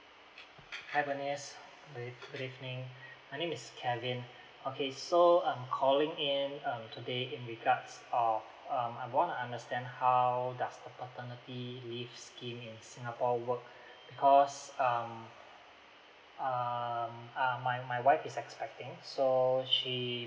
hi bernice good e~ good evening my name is kevin okay so I'm calling in um today in regards of um I wanna understand how does the paternity leave scheme in singapore work because um um err my my wife is expecting so she